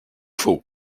faux